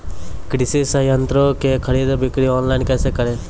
कृषि संयंत्रों की खरीद बिक्री ऑनलाइन कैसे करे?